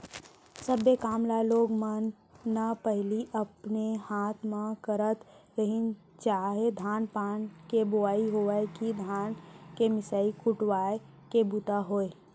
सब्बे काम ल लोग मन न पहिली अपने हाथे म करत रहिन चाह धान पान के बोवई होवय कि धान के मिसाय कुटवाय के बूता होय